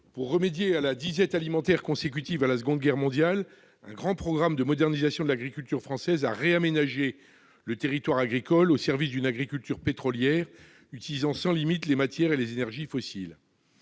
Pour remédier à la disette alimentaire consécutive à la Seconde Guerre mondiale, un grand programme de modernisation de l'agriculture française a réaménagé le territoire agricole au service d'une agriculture pétrolière utilisant sans limites les matières et les énergies fossiles.